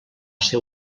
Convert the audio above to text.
ser